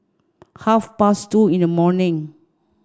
half past two in the morning